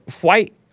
white